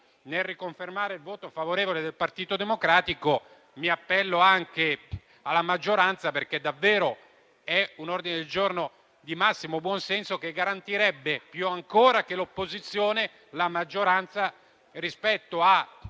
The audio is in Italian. nel riconfermare il voto favorevole del Partito Democratico mi appello anche alla maggioranza, perché davvero si tratta di un ordine del giorno di massimo buon senso che garantirebbe ancor più che l'opposizione, la maggioranza rispetto a